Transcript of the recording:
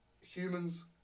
humans